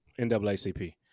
NAACP